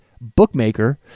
Bookmaker